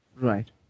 Right